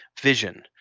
vision